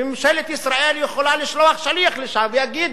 וממשלת ישראל יכולה לשלוח שליח לשם ויגיד: